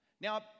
Now